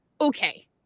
okay